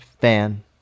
fan